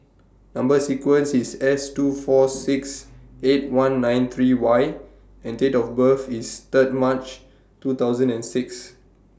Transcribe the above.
Number sequence IS S two four six eight one nine three Y and Date of birth IS Third March two thousand and six